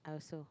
I also